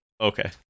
Okay